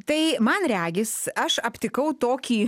tai man regis aš aptikau tokį